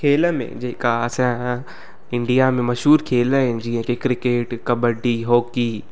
खेल में जेका असांखां इंडिया में मशहूरु खेल आहिनि जीअं जेके क्रिकेट कबडी हॉकी